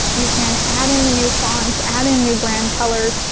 you can add in the new fonts, add in new brand colors.